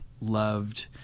loved